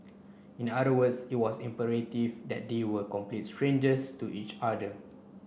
in other words it was imperative that they were complete strangers to each other